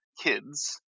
kids